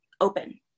open